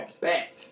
Back